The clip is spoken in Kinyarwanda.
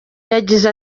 yagize